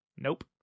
Nope